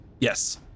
Yes